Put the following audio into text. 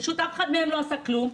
פשוט, אף אחד מהם לא עשה כלום.